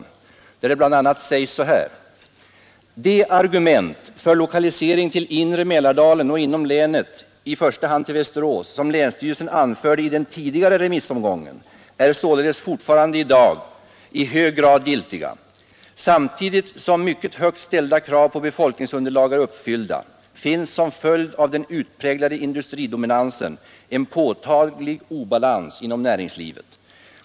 Där sägs det bl.a.: ”De argument för lokalisering till inre Mälardalen och inom länet i första hand till Västerås, som länsstyrelsen anförde i den tidigare remissomgången, är således fortfarande i hög grad giltiga. Samtidigt som mycket högt ställda krav på befolkningsunderlag är uppfyllda finns som följd av den utpräglade industridominansen en påtaglig obalans inom näringslivet.